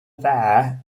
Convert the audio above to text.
there